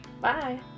Bye